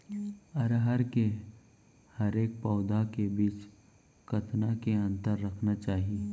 अरहर के हरेक पौधा के बीच कतना के अंतर रखना चाही?